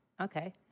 Okay